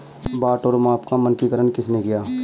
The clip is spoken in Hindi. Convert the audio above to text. बाट और माप का मानकीकरण किसने किया?